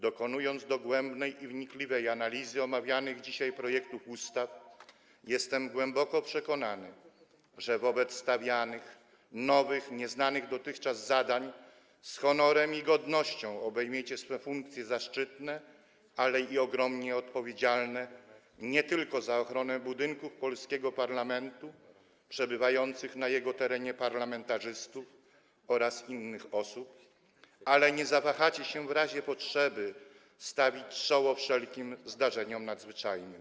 Dokonując dogłębnej i wnikliwej analizy omawianych dzisiaj projektów ustaw, jestem głęboko przekonany, że wobec stawianych nowych, nieznanych dotychczas zadań z honorem i godnością obejmiecie swe zaszczytne funkcje, ale i ogromnie odpowiedzialne, nie tylko za ochronę budynku polskiego parlamentu, przebywających na jego terenie parlamentarzystów oraz innych osób, jak również nie zawahacie się w razie potrzeby stawić czoło wszelkim zdarzeniom nadzwyczajnym.